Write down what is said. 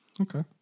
Okay